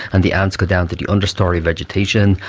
and the ants go down to the understory vegetation,